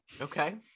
Okay